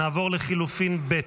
נעבור לחלופין ב'.